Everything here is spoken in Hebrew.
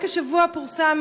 רק השבוע פורסם,